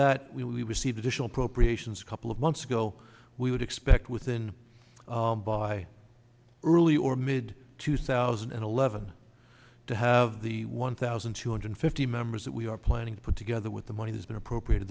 that we received additional procreation is a couple of months ago we would expect within by early or mid two thousand and eleven to have the one thousand two hundred fifty members that we are planning to put together with the money has been appropriate